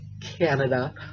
Canada